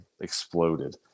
exploded